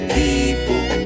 people